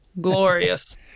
glorious